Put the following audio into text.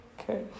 Okay